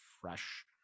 fresh